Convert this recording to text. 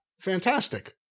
fantastic